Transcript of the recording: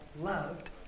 loved